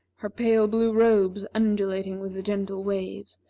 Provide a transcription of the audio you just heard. her pale blue robes undulating with the gentle waves,